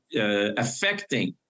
affecting